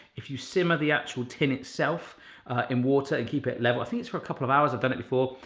if you simmer the actual tin itself in water and keep it level i think it's for a couple of hours. i've done it before.